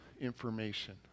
information